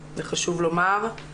זה חשוב לומר.